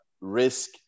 risk